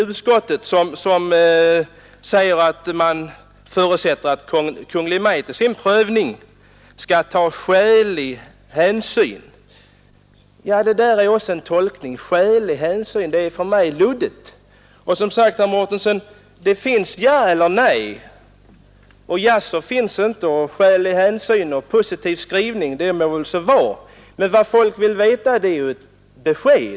Utskottet förutsätter att Kungl. Maj:t i sin prövning skall ta skälig hänsyn. Det där är också en fråga om tolkning. ”Skälig hänsyn” är för mig luddigt. Det finns ja eller nej, herr Mårtensson, och jaså finns inte. Skälig hänsyn och positiv skrivning må så vara, men vad människorna vill ha är ett besked.